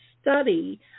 study